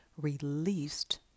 released